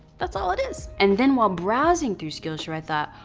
that's all it is. and then while browsing through skillshare, i thought,